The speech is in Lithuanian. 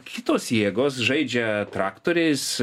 kitos jėgos žaidžia traktoriais